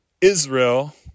Israel